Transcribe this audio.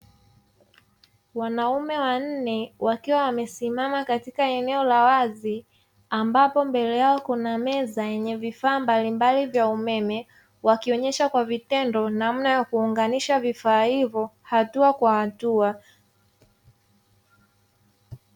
Wanaume wanne wakiwa wamesimama katika eneo la wazi ambapo mbele yao kuna meza yenye vifaa mbalimbali vya umeme, wakionyesha kwa vitendo namna ya kuunganisha vifaa hivyo hatua kwa hatua.